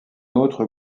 autre